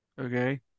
Okay